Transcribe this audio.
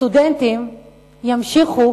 סטודנטים ימשיכו